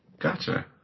Gotcha